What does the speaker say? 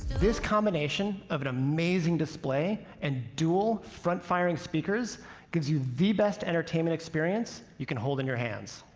this combination of an amazing display and dual front-firing speakers gives you the best entertainment experience you can hold in your hands.